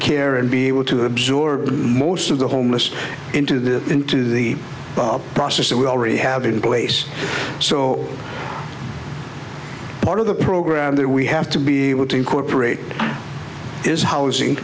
care and be able to absorb most of the homeless into the into the process that we already have in place so part of the program that we have to be able to incorporate is ho